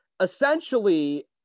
essentially